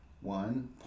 One